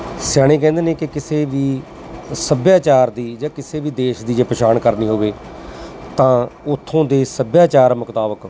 ਸਿਆਣੇ ਕਹਿੰਦੇ ਨੇ ਕਿ ਕਿਸੇ ਵੀ ਸੱਭਿਆਚਾਰ ਦੀ ਜਾਂ ਕਿਸੇ ਵੀ ਦੇਸ਼ ਦੀ ਜੇ ਪਛਾਣ ਕਰਨੀ ਹੋਵੇ ਤਾਂ ਉਥੋਂ ਦੇ ਸੱਭਿਆਚਾਰ ਮੁਤਾਬਕ